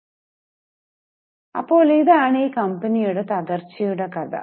അപ്പോൾ ഇതാണ് ഈ കമ്പനിയുടെ തകർച്ചയുടെ കഥ